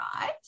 right